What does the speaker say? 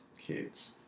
kids